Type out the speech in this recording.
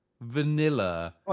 vanilla